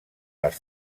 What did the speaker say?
les